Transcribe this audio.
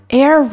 ,air